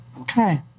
Okay